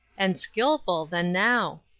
and skillful than now!